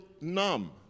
numb